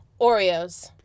Oreos